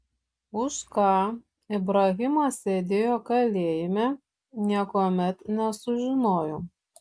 už ką ibrahimas sėdėjo kalėjime niekuomet nesužinojau